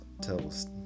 tells